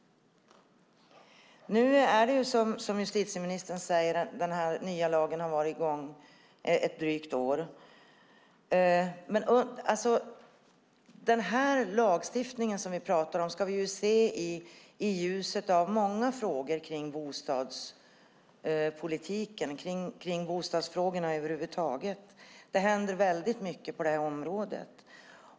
Nu är det som justitieministern säger, att den nya lagen har varit i gång ett drygt år. Men den lagstiftning som vi pratar om ska vi se i ljuset av många frågor kring bostadspolitiken och bostadsfrågorna över huvud taget. Det händer väldigt mycket på detta område.